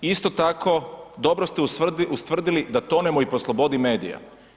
Isto tako, dobro ste ustvrdili da tonemo i po slobodi medija.